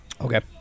Okay